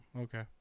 okay